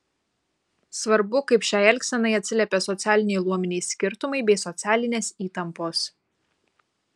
svarbu kaip šiai elgsenai atsiliepė socialiniai luominiai skirtumai bei socialinės įtampos